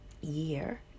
year